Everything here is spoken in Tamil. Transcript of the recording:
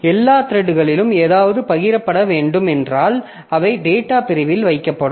எல்லா த்ரெட்களிலும் ஏதாவது பகிரப்பட வேண்டும் என்றால் அவை டேட்டா பிரிவில் வைக்கப்படும்